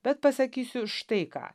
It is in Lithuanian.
bet pasakysiu štai ką